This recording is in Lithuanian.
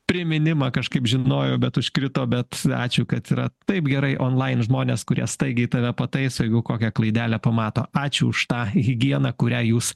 priminimą kažkaip žinojau bet užkrito bet ačiū kad yra taip gerai onlain žmonės kurie staigiai tave pataiso kokią klaidelę pamato ačiū už tą higieną kurią jūs